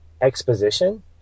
exposition